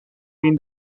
fin